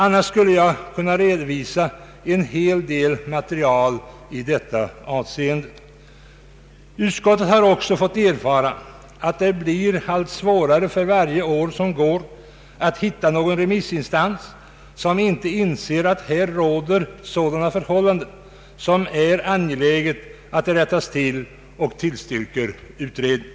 Annars skulle jag kunna redovisa en hel del material i detta avseende. Utskottet har också fått erfara att det blir allt svårare för varje år som går att hitta någon remissinstans som inte inser att förhållandena är sådana att det är angeläget att rätta till dem. Utskottet tillstyrker därför utredning.